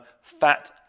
fat